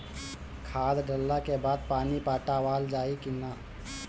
खाद डलला के बाद पानी पाटावाल जाई कि न?